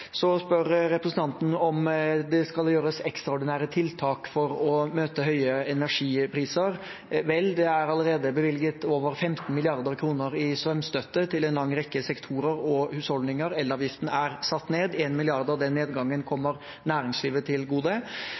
Så spør representanten om det skal gjøres ekstraordinære tiltak for å møte høye energipriser. Vel, det er allerede bevilget over 15 mrd. kr i strømstøtte til en lang rekke sektorer og husholdninger. Elavgiften er satt ned. 1 mrd. kr av den nedgangen kommer næringslivet til gode.